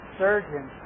surgeon